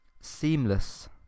seamless